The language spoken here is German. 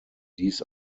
dies